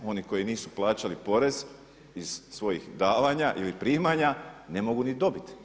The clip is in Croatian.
Oni koji nisu plaćali porez iz svojih davanja ili primanja ne mogu ni dobiti.